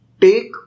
take